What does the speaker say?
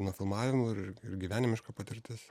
nuo filmavimo ir gyvenimiška patirtis